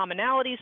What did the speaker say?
commonalities